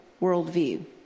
worldview